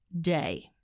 day